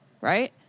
right